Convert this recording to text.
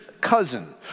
cousin